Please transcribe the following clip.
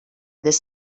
this